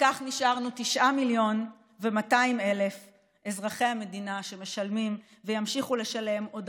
וכך נשארנו תשעה מיליון ו-200,000 אזרחי המדינה שמשלמים וימשיכו לשלם עוד